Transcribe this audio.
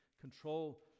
control